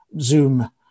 Zoom